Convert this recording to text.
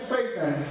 Satan